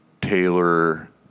Taylor